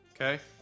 Okay